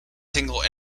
single